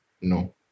no